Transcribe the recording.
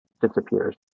disappears